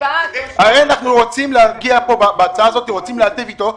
הרי אנחנו רוצים בהצעה הזאת, להיטיב אתו.